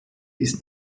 ist